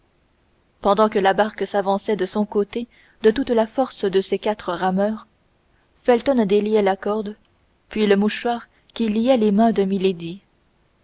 pendant que la barque s'avançait de son côté de toute la force de ses quatre rameurs felton déliait la corde puis le mouchoir qui liait les mains de